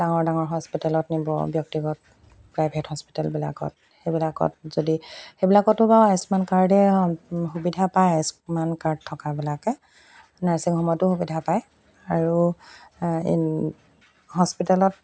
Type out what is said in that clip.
ডাঙৰ ডাঙৰ হস্পিটেলত নিব ব্যক্তিগত প্ৰাইভেট হস্পিটেলবিলাকত সেইবিলাকত যদি সেইবিলাকতো বাৰু আয়ুষ্মান কাৰ্ডে সুবিধা পায় আয়ুষ্মান কাৰ্ড থকাবিলাকে নাৰ্ছিং হোমতো সুবিধা পায় আৰু হস্পিটেলত